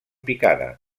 picada